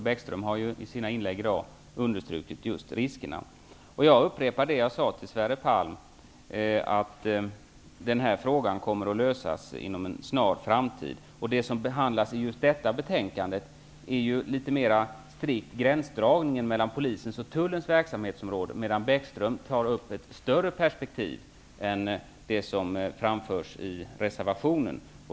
Bäckström har i sina inlägg i dag understrukit just riskerna. Jag upprepar det som jag sade till Sverre Palm, nämligen att denna fråga kommer att lösas inom en snar framtid. Det som behandlas i just detta betänkande är litet mer strikt gränsdragningen mellan Polisens och Tullens verksamhetsområden. Bäckström tar upp ett större perspektiv än det som framförs i reservationen.